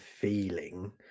feeling